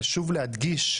חשוב להדגיש,